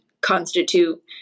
constitute